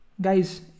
Guys